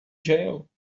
jail